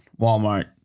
Walmart